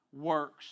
works